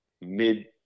mid